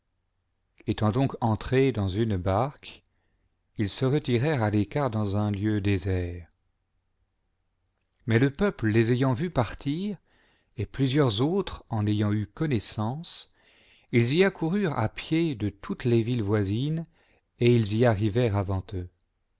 etant donc entrés dans une barque ils se retirèrent à l'écart dans un lieu désert mais le peuple les ayant vus partir et plusieurs autres en ayant eu connaissance ils y accoururent à pied de toutes les villes voisines y et ils y arrivèrent avant eux